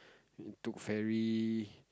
we took ferry